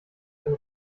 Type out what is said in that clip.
ein